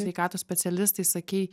sveikatos specialistai sakei